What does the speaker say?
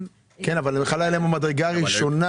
אבל חלה עליהם המדרגה הראשונה,